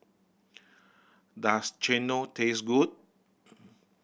does chendol taste good